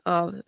av